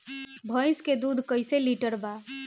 भैंस के दूध कईसे लीटर बा?